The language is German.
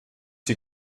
die